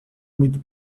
muito